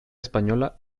española